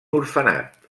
orfenat